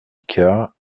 icard